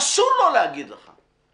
אסור לו להגיד לך.